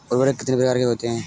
उर्वरक कितने प्रकार के होते हैं?